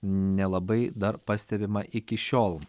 nelabai dar pastebima iki šiol